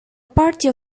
party